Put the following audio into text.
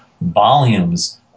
volumes